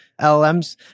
LLMs